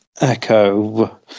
echo